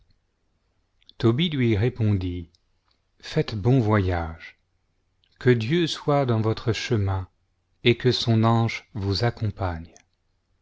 tobie lui répondit faites bon voyage que dieu soit dans votre che min et que son ange vous accompagne